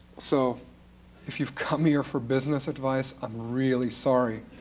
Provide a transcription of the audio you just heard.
so if you've come here for business advice, i'm really sorry.